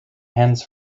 hands